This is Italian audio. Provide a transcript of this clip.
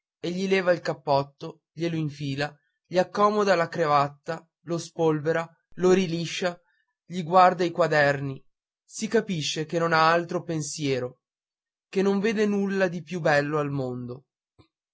e gli leva il cappotto glie lo infila gli accomoda la cravatta lo spolvera lo riliscia gli guarda i quaderni si capisce che non ha altro pensiero che non vede nulla di più bello al mondo